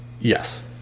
Yes